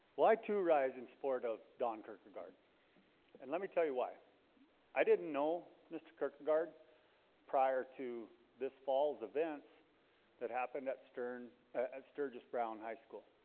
well, i too rise in support of don kirkegaard and let me tell you why i didn't know mr. kirkegaard prior to this fall's events that happened at stern at sturgis brown high school